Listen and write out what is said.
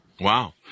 Wow